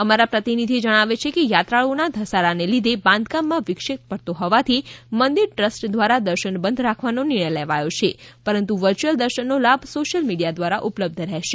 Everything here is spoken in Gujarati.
અમારા પ્રતિનિધિ જણાવે છે કે યાત્રાળુઓના ધસારાને લીધે બાંધકામમાં વિક્ષેપ પડતો હોવાથી મંદિર ટ્રસ્ટ દ્વારા દર્શન બંધ રાખવાનો નિર્ણય લેવાયો છે પરંતુ વર્ચ્યુયલ દર્શનનો લાભ સોશિયલ મીડિયા દ્વારા ઉપલબ્ધ રહેવાનો છે